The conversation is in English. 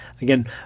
Again